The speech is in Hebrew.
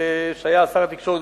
שהיה אז שר התקשורת,